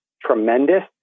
tremendous